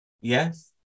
Yes